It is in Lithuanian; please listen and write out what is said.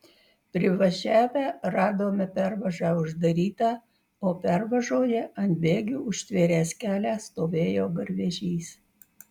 privažiavę radome pervažą uždarytą o pervažoje ant bėgių užtvėręs kelią stovėjo garvežys